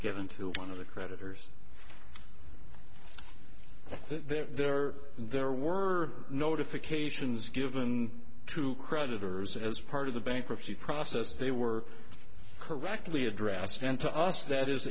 given to one of the creditors there or there were notifications given to creditors as part of the bankruptcy process they were correctly addressed and to us that is